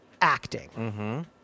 acting